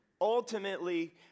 Ultimately